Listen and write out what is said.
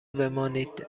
بمانید